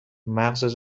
مغزت